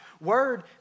word